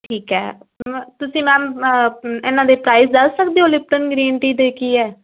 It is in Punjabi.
ਠੀਕ ਹੈ ਮ ਤੁਸੀਂ ਮੈਮ ਇਨ੍ਹਾਂ ਦੇ ਪ੍ਰਾਈਜ ਦੱਸ ਸਕਦੇ ਹੋ ਲਿਪਟਨ ਗ੍ਰੀਨ ਟੀ ਦੇ ਕੀ ਹੈ